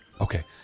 Okay